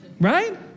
right